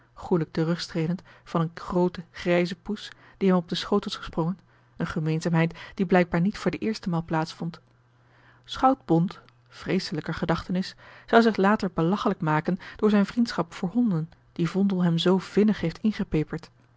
goêlijk den rug streelend van eene groote grijze poes die hem op den schoot was gesprongen eene gemeenzaamheid die blijkbaar niet voor de eerste maal plaats vond schout bondt vreeselijker gedachtenis zou zich later belachelijk maken door zijne vriendschap voor honden die vondel hem zoo vinnig heeft ingepeperd